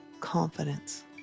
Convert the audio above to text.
confidence